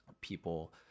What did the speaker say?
people